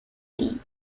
phd